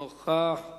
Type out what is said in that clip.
נוכח.